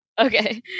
Okay